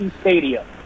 Stadium